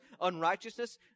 unrighteousness